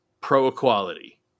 pro-equality